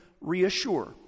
reassure